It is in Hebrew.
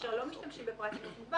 כאשר לא משתמשים בפרט אימות מוגבר,